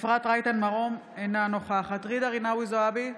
אפרת רייטן מרום, אינה נוכחת ג'ידא רינאוי זועבי,